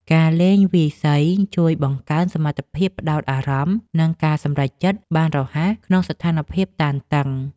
ការលេងវាយសីជួយបង្កើនសមត្ថភាពផ្ដោតអារម្មណ៍ និងការសម្រេចចិត្តបានរហ័សក្នុងស្ថានភាពតានតឹង។